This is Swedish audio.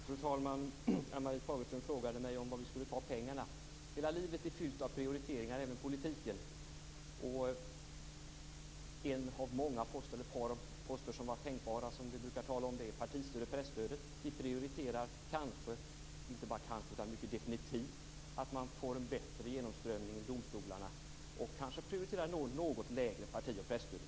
Fru talman! Ann-Marie Fagerström frågade mig var vi skulle ta pengarna. Hela livet är fyllt av prioriteringar, även politiken. Ett par poster som är tänkbara, som vi brukar tala om, är parti och presstödet. Vi prioriterar mycket definitivt en bättre genomströmning i domstolarna, och kanske ett något lägre partioch presstöd.